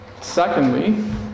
Secondly